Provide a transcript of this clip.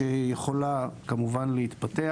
שיכולה כמובן להתפתח.